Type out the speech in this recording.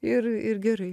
ir ir gerai